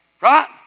Right